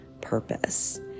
purpose